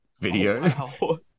video